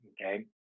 okay